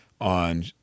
on